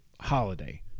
holiday